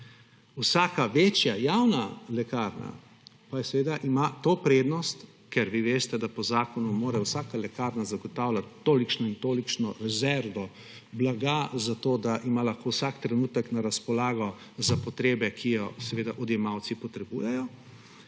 Vsaka večja javna lekarna pa seveda ima to prednost, ker vi veste, da po zakonu mora vsaka lekarna zagotavljati tolikšno in tolikšno rezervo blaga, zato da ima lahko vsak trenutek na razpolago za potrebe, ki jo seveda odjemalci potrebujejo,